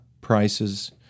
prices